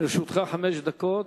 לרשותך עשר דקות.